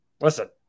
listen